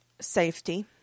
Safety